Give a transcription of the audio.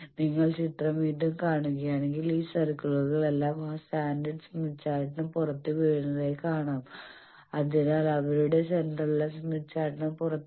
നിങ്ങൾ ചിത്രം വീണ്ടും കാണുകയാണെങ്കിൽ ഈ സർക്കിളുകളെല്ലാം ആ സ്റ്റാൻഡേർഡ് സ്മിത്ത് ചാർട്ടിന് പുറത്ത് വീഴുന്നതായി കാണും അതിനാൽ അവരുടെ സെന്ററെല്ലാം സ്മിത്ത് ചാർട്ടിന് പുറത്താണ്